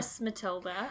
matilda